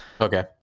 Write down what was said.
Okay